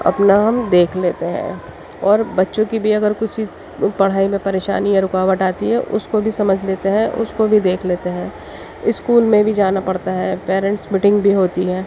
اپنا ہم دیکھ لیتے ہیں اور بچّوں کی بھی اگر کچھ پڑھائی میں پریشانی یا رکاوٹ آتی ہے اس کو بھی سمجھ لیتے ہیں اس کو بھی دیکھ لیتے ہیں اسکول میں بھی جانا پڑتا ہے پیرنٹس میٹنگ بھی ہوتی ہے